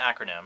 acronym